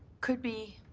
could be